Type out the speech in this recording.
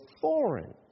foreign